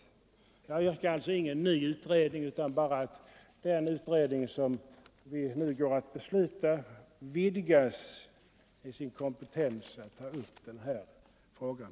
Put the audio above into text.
Jag yrkar alltså ingen ny utredning utan vill att den utredning som vi nu skall fatta beslut om får sin kompetens vidgad till att ta upp också den här frågan.